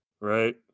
right